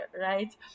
right